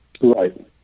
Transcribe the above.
Right